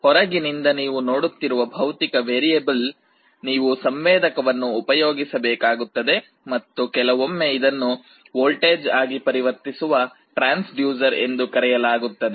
ಹೊರಗಿನಿಂದ ನೀವು ನೋಡುತ್ತಿರುವ ಭೌತಿಕ ವೇರಿಯೇಬಲ್ ನೀವು ಸಂವೇದಕವನ್ನು ಉಪಯೋಗಿಸಬೇಕಾಗುತ್ತದೆ ಮತ್ತು ಕೆಲವೊಮ್ಮೆ ಇದನ್ನು ವೋಲ್ಟೇಜ್ ಆಗಿ ಪರಿವರ್ತಿಸುವ ಟ್ರಾನ್ಸ್ ಡ್ಯೂಸರ್ ಎಂದು ಕರೆಯಲಾಗುತ್ತದೆ